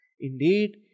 Indeed